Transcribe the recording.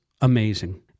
amazing